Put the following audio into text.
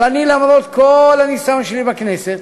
אבל אני, למרות כל הניסיון שלי בכנסת,